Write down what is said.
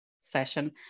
session